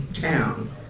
town